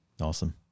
awesome